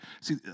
See